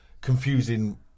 confusing